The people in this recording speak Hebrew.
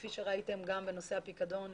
כפי שראיתם גם בנושא הפיקדון,